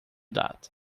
that